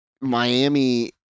Miami